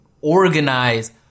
organize